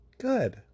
Good